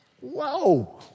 whoa